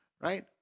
right